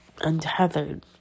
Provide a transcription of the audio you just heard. untethered